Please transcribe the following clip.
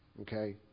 Okay